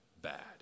Bad